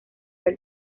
del